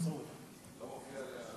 לא מופיע לי הלוח.